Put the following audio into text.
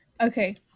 Okay